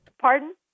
Pardon